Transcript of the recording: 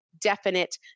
definite